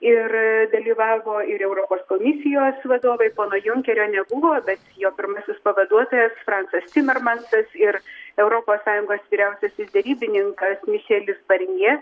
ir dalyvavo ir europos komisijos vadovai pono junkerio nebuvo bet jo pirmasis pavaduotojas francas cimermansas ir europos sąjungos vyriausiasis derybininkas mišelis barnjė